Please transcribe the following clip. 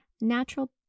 Natural